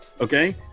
okay